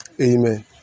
Amen